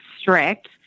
strict